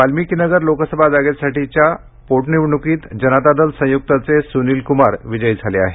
वाल्मिकीनगर लोकसभा जागेसाठीच्या पोटनिवडणूकीत जनता दल संयुक्तचे सुनिल कुमार विजयी झाले आहेत